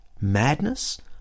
madness